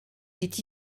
est